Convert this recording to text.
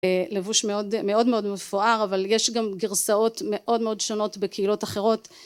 לבוש מאוד מאוד מפואר אבל יש גם גרסאות מאוד מאוד שונות בקהילות אחרות